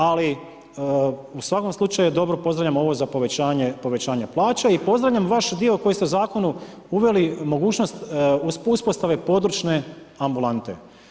Ali u svakom slučaju je dobro, pozdravljam ovo za povećanje plaća i pozdravljam vaš dio koji ste u Zakonu uveli mogućnost uspostave područne ambulante.